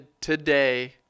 today